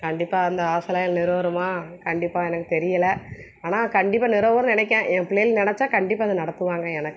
கண்டிப்பாக அந்த ஆசைலாம் நிறைவேறுமா கண்டிப்பாக எனக்கு தெரியலை ஆனால் கண்டிப்பாக நிறைவேறும் நினைக்கேன் என் பிள்ளைகளு நினைச்சா கண்டிப்பாக அதை நடத்துவாங்க எனக்கு